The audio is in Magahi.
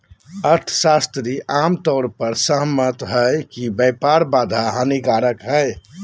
अर्थशास्त्री आम तौर पर सहमत हइ कि व्यापार बाधा हानिकारक हइ